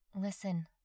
Listen